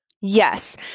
Yes